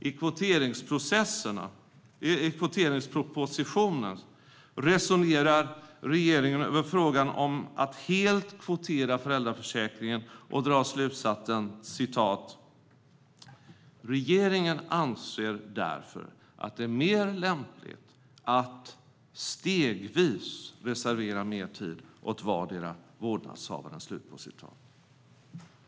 I kvoteringspropositionen resonerar regeringen över frågan om att helt kvotera föräldraförsäkringen och drar slutsatsen: "Regeringen anser därför att det är mer lämpligt att stegvis reservera mer tid åt vardera vårdnadshavaren."